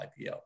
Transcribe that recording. IPO